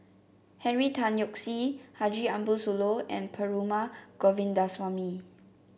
Henry Tan Yoke See Haji Ambo Sooloh and Perumal Govindaswamy